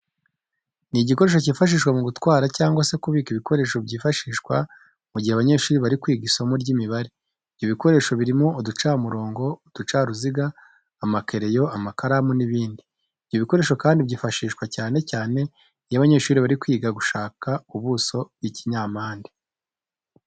Ni igikoresho kifashishwa mu gutwara cyangwa se kubika ibikoresho byifashishwa mu gihe abanyeshuri bari kwiga isomo ry'imibare. Ibyo bikoresho birimo uducamurongo, uducaruziga, amakereyo, amakaramu n'ibindi. Ibyo bikoresho kandi byifashishwa cyane cyane iyo abanyeshuri bari kwiga gushaka ubuso bw'ibinyampande.